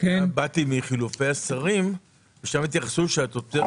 באתי מחילופי השרים ושם התייחסו לכך שהתוצרת